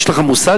יש לך מושג?